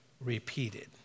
repeated